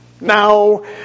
Now